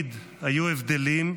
תמיד היו הבדלים,